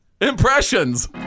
Impressions